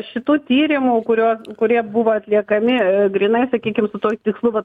šitų tyrimų kuriuos kurie buvo atliekami grynai sakykim su tuo tikslu vat